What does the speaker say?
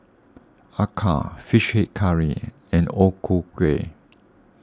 Acar Fish Head Curry and O Ku Kueh